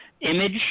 image